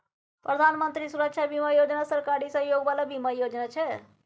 प्रधानमंत्री सुरक्षा बीमा योजना सरकारी सहयोग बला बीमा योजना छै